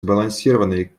сбалансированный